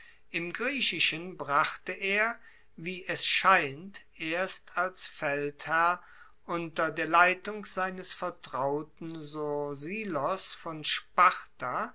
im griechischen brachte er wie es scheint erst als feldherr unter der leitung seines vertrauten sosilos von sparta